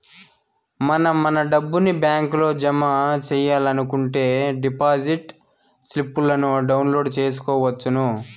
మనం మన డబ్బుని బ్యాంకులో జమ సెయ్యాలనుకుంటే డిపాజిట్ స్లిప్పులను డౌన్లోడ్ చేసుకొనవచ్చును